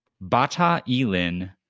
Bata-Elin